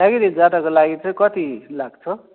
tiger Hill जाँदाको लागि चाहिँ कति लाग्छ